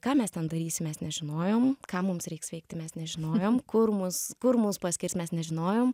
ką mes ten darysim mes nežinojom ką mums reiks veikti mes nežinojom kur mus kur mus paskirs mes nežinojom